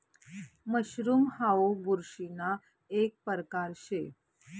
mushroom हाऊ बुरशीना एक परकार शे